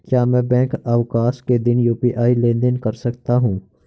क्या मैं बैंक अवकाश के दिन यू.पी.आई लेनदेन कर सकता हूँ?